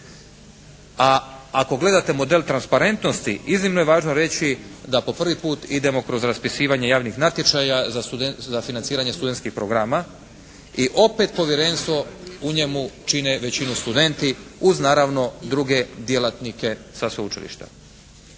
a ako gledate model transparentnosti iznimno je važno reći da po prvi put idemo kroz raspisivanje javnih natječaja za financiranje studentskih programa i opet povjerenstvo u njemu čine većinom studenti uz naravno druge djelatnike sa sveučilišta.